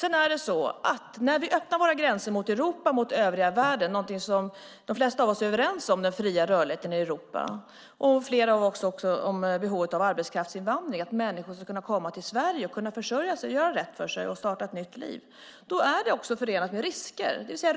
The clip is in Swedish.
De flesta av oss är för den fria rörligheten i Europa och överens om behovet av arbetskraftsinvandring. Människor ska kunna komma till Sverige, försörja sig, göra rätt för sig och starta ett nytt liv. Öppna gränser mot Europa och världen är dock förenat med